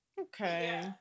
okay